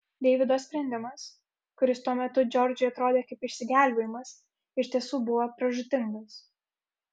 deivido sprendimas kuris tuo metu džordžui atrodė kaip išsigelbėjimas iš tiesų buvo pražūtingas